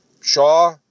Shaw